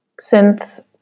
synth